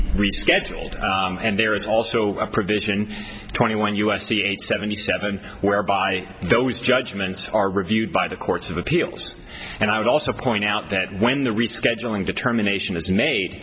rescheduled and there is also a provision twenty one u s c eight seventy seven whereby those judgments are reviewed by the courts of appeals and i would also point out that when the rescheduling determination is made